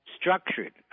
structured